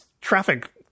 traffic